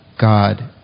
God